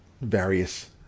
various